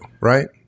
Right